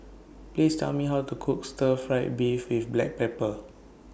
Please Tell Me How to Cook Stir Fried Beef with Black Pepper